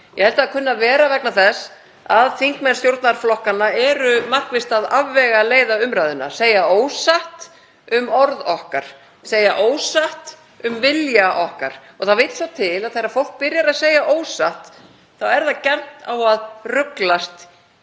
Ég held að það kunni að vera vegna þess að þingmenn stjórnarflokkanna eru markvisst að afvegaleiða umræðuna, segja ósatt um orð okkar, segja ósatt um vilja okkar. Það vill svo til að þegar fólk byrjar að segja ósatt er það gjarnt á að ruglast á